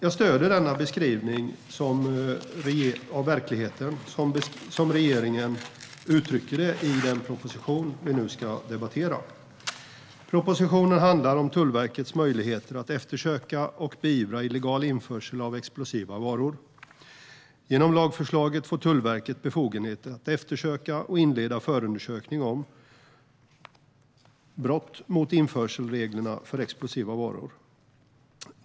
Jag stöder denna beskrivning av verkligheten som regeringen uttrycker i den proposition vi nu ska debattera. Propositionen handlar om Tullverkets möjligheter att eftersöka och beivra illegal införsel av explosiva varor. Genom lagförslaget får Tullverket befogenhet att eftersöka och inleda förundersökning om brott mot införselreglerna för explosiva varor.